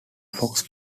fox